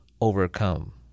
overcome